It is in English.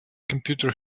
computer